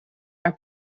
are